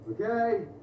okay